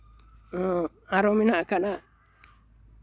ᱟᱨᱚ ᱢᱮᱱᱟᱜ ᱠᱟᱫᱟ